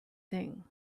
thing